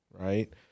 right